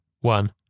one